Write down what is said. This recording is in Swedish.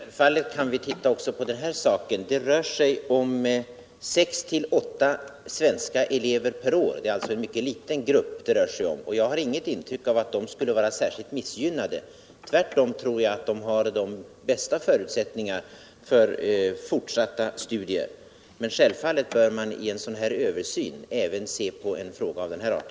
Herr talman! Självfallet kan vi titta också på den saken. Detta gäller 6-8 svenska elever per år. Det är alltså en mycket liten grupp det rör sig om. Jag har inget intryck av att de skulle vara särskilt missgynnade. Tvärtom tror jag att de har de bästa förutsättningar för fortsatta studier. Men självfallet bör man vid en översyn även se på en fråga av denna art.